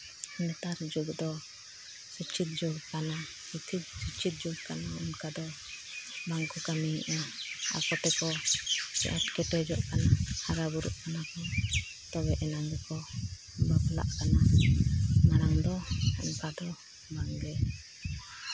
ᱱᱮᱛᱟᱨ ᱡᱩᱜᱽ ᱫᱚ ᱥᱤᱪᱪᱷᱤᱛ ᱡᱩᱜᱽ ᱠᱟᱱᱟ ᱥᱤᱠᱠᱷᱤᱛ ᱡᱩᱜᱽ ᱠᱟᱱᱟ ᱚᱱᱠᱟ ᱫᱚ ᱵᱟᱝ ᱠᱚ ᱠᱟᱹᱢᱤᱭᱮᱫᱼᱟ ᱟᱠᱚ ᱛᱮᱠᱚ ᱠᱮᱴᱮᱡᱚᱜ ᱠᱟᱱᱟ ᱦᱟᱨᱟᱼᱵᱩᱨᱩᱜ ᱠᱟᱱᱟ ᱠᱚ ᱛᱚᱵᱮ ᱮᱱᱟᱝ ᱜᱮᱠᱚ ᱵᱟᱯᱞᱟᱜ ᱠᱟᱱᱟ ᱢᱟᱲᱟᱝ ᱫᱚ ᱚᱱᱠᱟ ᱫᱚ ᱵᱟᱝᱜᱮ